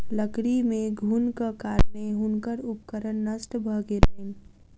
लकड़ी मे घुनक कारणेँ हुनकर उपकरण नष्ट भ गेलैन